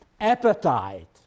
appetite